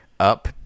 up